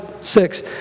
six